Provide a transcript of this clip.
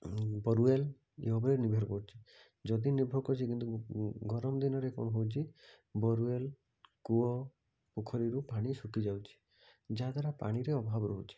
ଉଁ ବୋରୱଲ ଏହା ଉପରେ ନିର୍ଭର କରୁଛି ଯଦି ନିର୍ଭର କରୁଛି କିନ୍ତୁ ଗରମ ଦିନରେ କ'ଣ ହଉଛି ବୋରୱଲ କୂଅ ପୋଖରୀରୁ ପାଣି ଶୁଖିଯାଉଛି ଯାହାଦ୍ୱାରା ପାଣିର ଅଭାବ ରହୁଛି